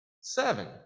seven